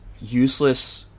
useless